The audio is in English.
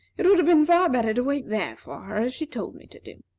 it would have been far better to wait there for her as she told me to do.